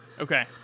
Okay